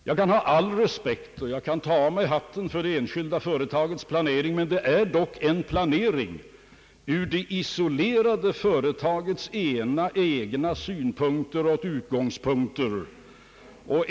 Jag kan ha all respekt och jag kan ta av mig hatten för de enskilda företagens planering, men det är dock en planering från det isolerade företagets egna synpunkter och utgångspunkter.